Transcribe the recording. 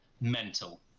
mental